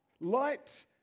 Light